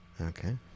Okay